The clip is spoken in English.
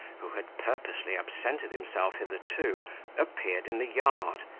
who had purposely absented himself hitherto, appeared in the yard,